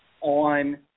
on